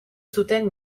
zuten